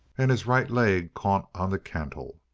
and his right leg caught on the cantle.